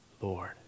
Lord